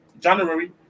January